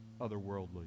otherworldly